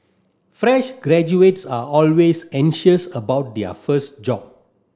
fresh graduates are always anxious about their first job